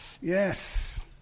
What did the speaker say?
Yes